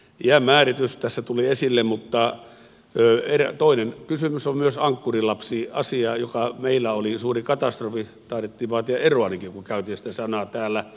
iän määritys tuli tässä esille mutta toinen kysymys on myös ankkurilapsiasia joka meillä oli suuri katastrofi taidettiin vaatia eroanikin kun käytin sitä sanaa täällä